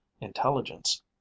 intelligence